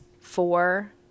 four